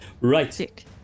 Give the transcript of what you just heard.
Right